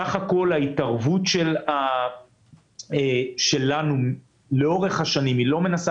סך כל ההתערבות שלנו לאורך השנים לא מנסה